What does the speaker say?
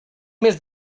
mes